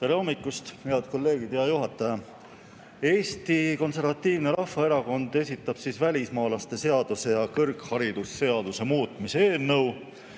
Tere hommikust, head kolleegid! Hea juhataja! Eesti Konservatiivne Rahvaerakond esitab välismaalaste seaduse ja kõrgharidusseaduse muutmise eelnõu.